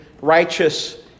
righteous